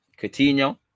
Coutinho